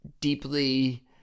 deeply